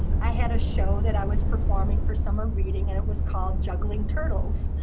i had a show that i was performing for summer reading, and it was called juggling turtles.